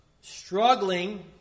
struggling